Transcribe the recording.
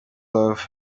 love